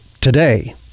today